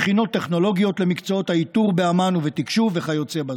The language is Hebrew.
מכינות טכנולוגיות למקצועות האיתור באמ"ן ובתקשוב וכיוצא באלה.